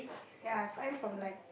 ya I find from like